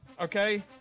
Okay